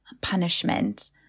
punishment